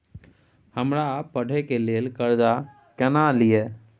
हमरा पढ़े के लेल कर्जा केना लिए?